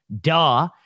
duh